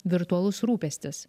virtualus rūpestis